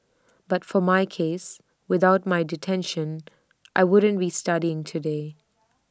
but for my case without my detention I wouldn't be studying today